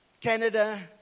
Canada